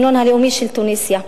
ההמנון הלאומי של תוניסיה.